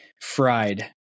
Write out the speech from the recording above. fried